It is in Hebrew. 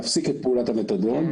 להפסיק את פעולת המתדון.